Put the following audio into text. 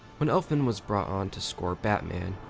when elfman was brought on to score batman,